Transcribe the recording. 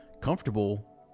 comfortable